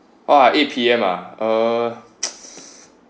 !whoa! eight P_M ah uh